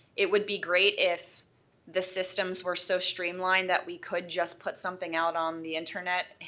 it would be great if the systems were so streamlined that we could just put something out on the internet,